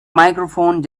microphone